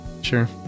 Sure